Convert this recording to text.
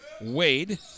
Wade